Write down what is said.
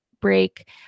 break